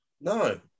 No